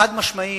חד-משמעית,